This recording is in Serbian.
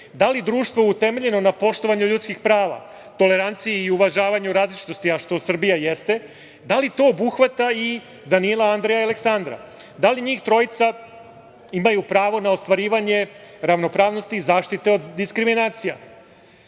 da li društvo utemeljeno na poštovanju ljudskih prava, toleranciji i uvažavanju različitosti, a što Srbija jeste, da li to obuhvata i Danila, Andreja i Aleksandra? Da li njih trojica imaju pravo na ostvarivanje ravnopravnosti i zaštitu od diskriminacija?